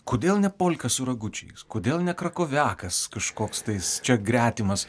kodėl ne polka su ragučiais kodėl ne krakoviakas kažkoks tais čia gretimas